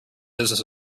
business